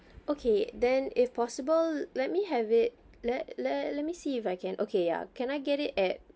okay then if possible let me have it let let let me see if I can okay ya can I get it at